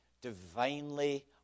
divinely